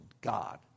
God